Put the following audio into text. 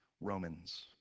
Romans